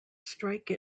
strike